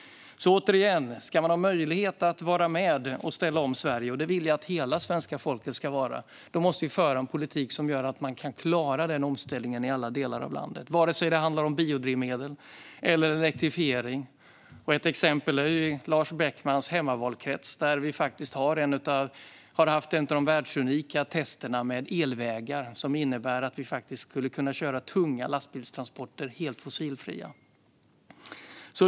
Återigen: Ska man ha möjlighet att vara med och ställa om Sverige - och det vill jag att hela svenska folket ska ha - måste vi föra en politik som gör att man kan klara omställningen i alla delar av landet, vare sig det handlar om biodrivmedel eller elektrifiering. Ett exempel är ju Lars Beckmans valkrets, där vi har haft ett av de världsunika testerna med elvägar. Elvägar innebär att vi skulle kunna köra tunga lastbilstransporter helt fossilfritt.